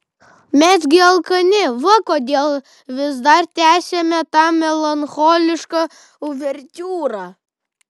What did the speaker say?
mes gi alkani va kodėl vis dar tęsiame tą melancholišką uvertiūrą